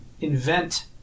invent